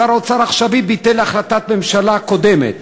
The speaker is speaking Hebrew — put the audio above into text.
שר האוצר העכשווי ביטל החלטת ממשלה קודמת.